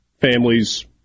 families